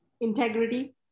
integrity